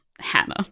Hannah